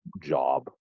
job